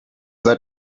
seid